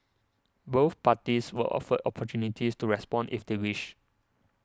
both parties were offered opportunities to respond if they wished